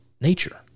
nature